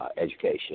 education